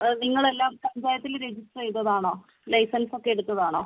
അത് നിങ്ങൾ എല്ലാം പഞ്ചായത്തിൽ രജിസ്റ്റർ ചെയ്തതാണോ ലൈസൻസ് ഒക്കെ എടുത്തതാണോ